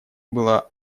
была